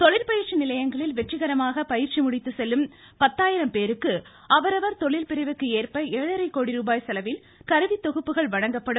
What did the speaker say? தொழிற்பயிற்சி நிலையங்களில் வெற்றிகரமாக பயிற்சி முடித்து செல்லும் பத்தாயிரம் பேருக்கு அவரவர் தொழிற்பிரிவிற்கு ஏற்ப ஏழரை கோடி ரூபாய் செலவில் கருவித்தொகுப்புகள் வழங்கப்படும்